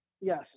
Yes